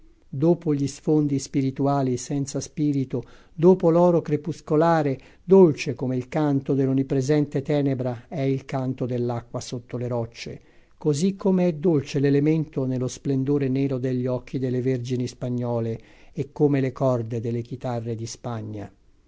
dopo gli sfondi spirituali senza spirito dopo l'oro crepuscolare dolce come il canto dell'onnipresente tenebra è il canto dell'acqua sotto le rocce così come è dolce l'elemento nello splendore nero degli occhi delle vergini spagnole e come le corde delle chitarre di spagna